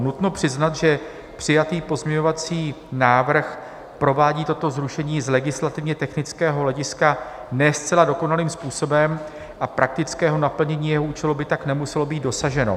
Nutno přiznat, že přijatý pozměňovací návrh provádí toto zrušení z legislativně technického hlediska ne zcela dokonalým způsobem a praktického naplnění jeho účelu by tak nemuselo být dosaženo.